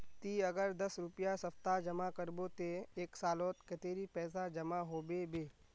ती अगर दस रुपया सप्ताह जमा करबो ते एक सालोत कतेरी पैसा जमा होबे बे?